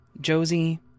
Josie